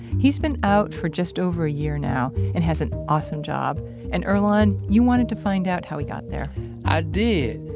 he's been out for just over a year now and has an awesome job and earlonne, you wanted to find out how he got there i did.